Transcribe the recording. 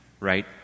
right